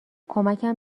کمکم